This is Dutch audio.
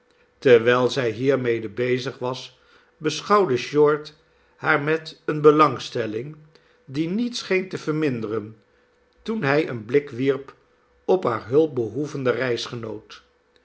terwijl zij hiermede bezig was beschouwde short haar met eene belangstelling die niet scheen te verminderen toen hij een blik wierp op haar hulpbehoevenden